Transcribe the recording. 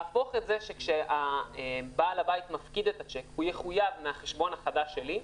להפוך את זה שכשבעל הבית מפקיד את הצ'ק זה יחויב מהחשבון החדש שלי ,